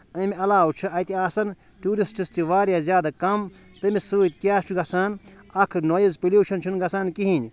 اَمہِ علاوٕ چھُ اَتہِ آسان ٹیوٗرِسٹِز تہِ واریاہ زیادٕ کَم تٔمِس سۭتۍ کیٛاہ چھُ گَژھان اَکھ نایِز پوٚلیٛوٗشَن چھُنہٕ گژھان کِہیٖنٛۍ